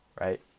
right